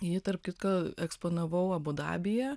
ji tarp kitko eksponavau abu dabyje